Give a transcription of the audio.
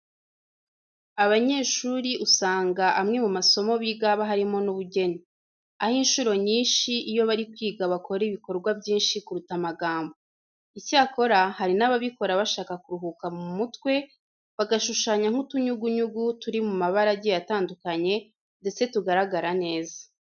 Abanyeshuri usanga amwe mu masomo biga haba harimo n'ubugeni. Aho inshuro nyinshi iyo bari kwiga bakora ibikorwa byinshi kuruta amagambo. Icyakora hari n'ababikora bashaka kuruhuka mu mutwe, bagashushanya nk'utunyugunyugu turi mu mabara agiye atandukanye ndetse tugaragara neza.